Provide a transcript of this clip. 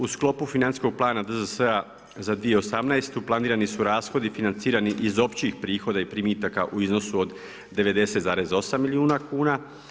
U sklopu financijskog plana DZS-a za 2018. planirani su rashodi financirani iz općih prihoda i primitaka u iznosu od 90,8 milijuna kuna.